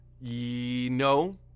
No